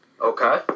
Okay